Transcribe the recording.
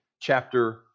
chapter